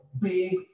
big